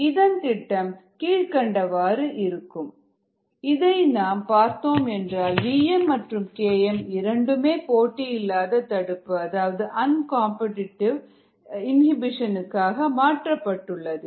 இதன் திட்டம் கீழ்கண்டவாறு இருக்கும் இதன் வகை இடுதல் கீழ்க்கண்டவாறு இதை நாம் பார்த்தோம் என்றால் vm மற்றும் Km இரண்டுமே போட்டியில்லாத தடுப்பு அதாவது அன் காம்படிடிவு இனிபிஷன் க்காக மாற்றப்பட்டுள்ளது